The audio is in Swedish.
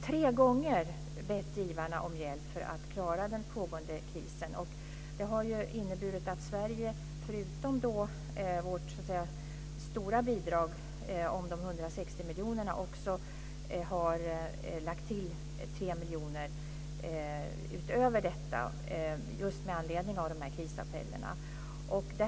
Tre gånger har man bett givarna om hjälp för att klara den pågående krisen. Det har inneburit att Sverige, förutom vårt stora bidrag på 160 miljoner, också har lagt till 3 miljoner med anledning av de här krisappellerna.